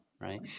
right